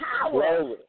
Power